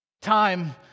time